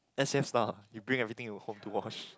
S_A_F style you bring everything to home to wash